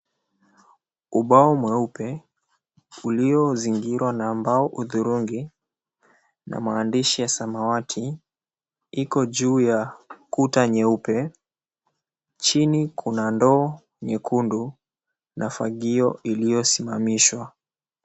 Ubao mweupe, uliozingirwa na mbao hudhurungi na maandishi ya samawati iko juu ya kuta nyeupe. Chini kuna ndoo nyekundu na fagio iliyosimamishwa.